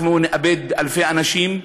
אנחנו נאבד אלפי אנשים,